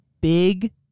big